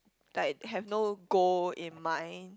like have no goal in mind